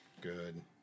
Good